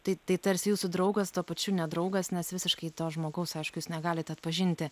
tai tai tarsi jūsų draugas tuo pačiu ne draugas nes visiškai to žmogaus aišku jūs negalite atpažinti